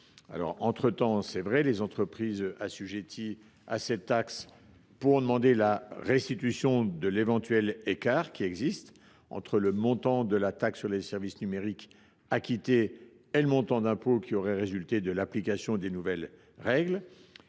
Entretemps, les entreprises assujetties à cette taxe pourront demander la restitution de l’éventuel écart entre le montant de la taxe sur les services numériques acquittée et le montant de l’impôt qui aurait résulté de l’application des nouvelles règles.